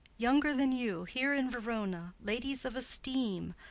younger than you, here in verona, ladies of esteem,